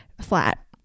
flat